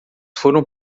foram